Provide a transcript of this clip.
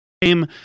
game